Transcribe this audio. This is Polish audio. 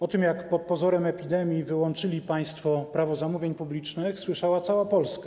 O tym, jak pod pozorem epidemii wyłączyli państwo Prawo zamówień publicznych, słyszała cala Polska.